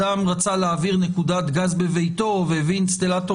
אדם רצה להעביר נקודת גז בביתו והביא אינסטלטור